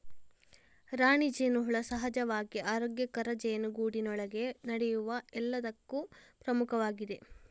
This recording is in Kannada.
ರಾಣಿ ಜೇನುಹುಳ ಸಹಜವಾಗಿ ಆರೋಗ್ಯಕರ ಜೇನುಗೂಡಿನೊಳಗೆ ನಡೆಯುವ ಎಲ್ಲದಕ್ಕೂ ಪ್ರಮುಖವಾಗಿದೆ